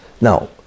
Now